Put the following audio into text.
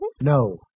No